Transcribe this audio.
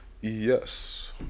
Yes